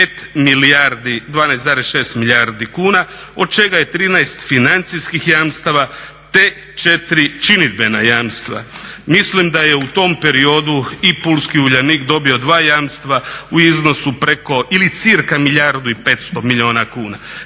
iznosu od 12,6 milijardi kuna od čega je 13 financijskih jamstava te 4 činidbena jamstva. Mislim da je u tom periodu i pulski Uljanik dobio dva jamstva u iznosu preko ili cca milijardu i 500 milijuna kuna,